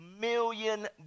million